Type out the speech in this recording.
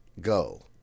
go